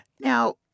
Now